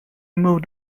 moved